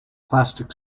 plastic